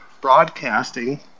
broadcasting